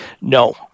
no